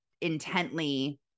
intently